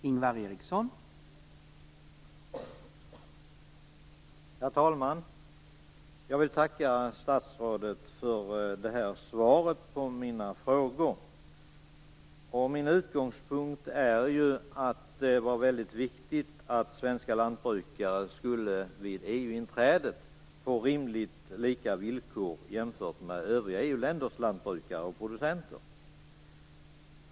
Herr talman! Jag vill tacka statsrådet för svaret på mina frågor. Min utgångspunkt är att det var väldigt viktigt att svenska lantbrukare vid EU-inträdet skulle få rimligt lika villkor som övriga EU-länders lantbrukare och producenter.